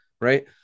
right